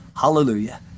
Hallelujah